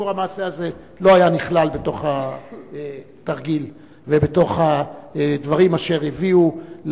שסיפור המעשה לא היה נכלל בתוך התרגיל ובתוך הדברים אשר הביאו